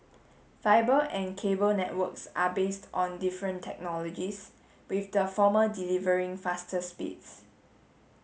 fibre and cable networks are based on different technologies with the former delivering faster speeds